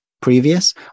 previous